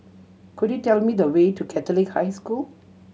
could you tell me the way to Catholic High School